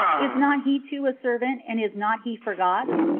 is not he too a servant, and is not he forgot?